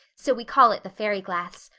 so we call it the fairy glass.